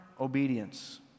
obedience